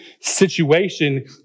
situation